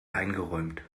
eingeräumt